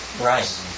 Right